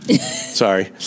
Sorry